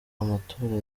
amatora